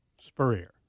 Spurrier